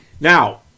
Now